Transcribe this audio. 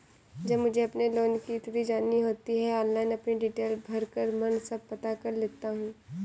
जब मुझे अपने लोन की स्थिति जाननी होती है ऑनलाइन अपनी डिटेल भरकर मन सब पता कर लेता हूँ